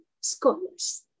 scholars